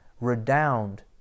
redound